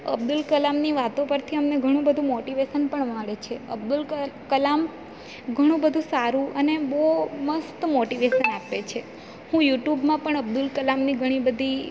અબ્દુલ કલામની વાતો પરથી અમને ઘણું બધું મોટીવેશન પણ મળે છે અબ્દુલ ક કલામ ઘણું બધું સારું અને બહુ મસ્ત મોટીવેશન આપે છે હું યુટ્યૂબમાં પણ અબ્દુલ કલામની ઘણી બધી